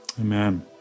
Amen